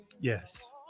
Yes